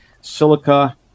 silica